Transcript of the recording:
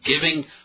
giving